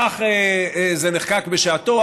כך זה נחקק בשעתו,